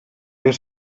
per